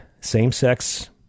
same-sex